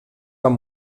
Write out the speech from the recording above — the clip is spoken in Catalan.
van